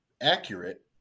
accurate